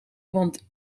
want